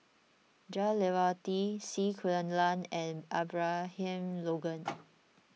Jah Lelawati C Kunalan and Abraham Logan